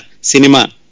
Cinema